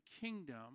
kingdom